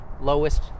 lowest